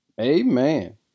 amen